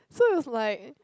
so it was like